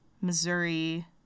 Missouri